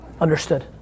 Understood